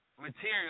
material